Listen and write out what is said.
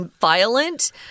violent